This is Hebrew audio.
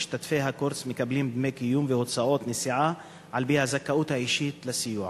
משתתפי הקורס מקבלים דמי קיום והוצאות נסיעה על-פי הזכאות האישית לסיוע.